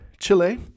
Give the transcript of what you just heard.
Chile